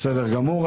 בסדר גמור.